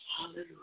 Hallelujah